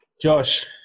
josh